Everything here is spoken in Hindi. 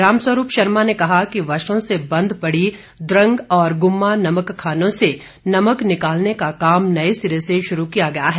रामस्वरूप शर्मा ने कहा कि वर्षो से बंद पड़ी द्रंग और गुम्मा नमक खानों से नमक निकालने का काम नए सिरे से शुरू किया गया है